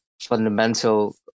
fundamental